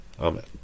Amen